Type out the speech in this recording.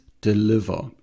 deliver